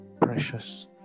precious